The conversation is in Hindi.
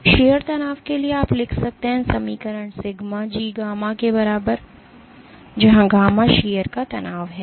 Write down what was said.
तो शीयर तनाव के लिए आप लिख सकते हैं समीकरण सिग्मा G गामा के बराबर है जहां गामा शीयर का तनाव है